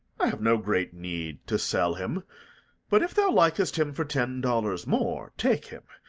i have no great need to sell him but, if thou likest him for ten dollars more, take him,